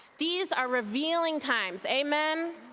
these are revealing times. amen?